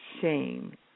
shame